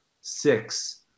six